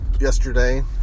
yesterday